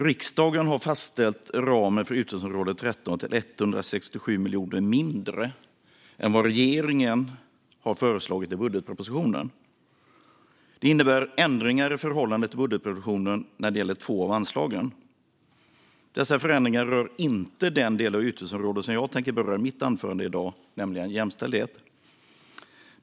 Riksdagen har fastställt ramen för utgiftsområde 13 till 167 miljoner mindre än vad regeringen har föreslagit i budgetpropositionen. Det innebär ändringar i förhållande till budgetpropositionen när det gäller två av anslagen. Dessa förändringar rör inte den del av utgiftsområdet som jag tänker beröra i mitt anförande i dag, nämligen jämställdhet.